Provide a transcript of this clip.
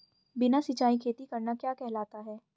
बिना सिंचाई खेती करना क्या कहलाता है?